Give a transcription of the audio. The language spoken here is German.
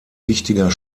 wichtiger